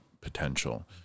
potential